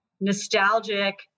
nostalgic